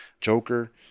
Joker